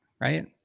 right